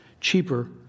cheaper